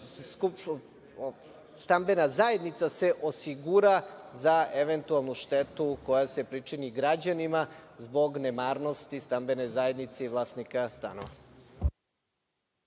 stambena zajednica osigura za eventualnu štetu koja se pričini građanima zbog nemarnosti stambene zajednice i vlasnika stanova.